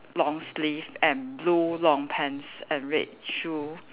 long sleeve and blue long pants and red shoe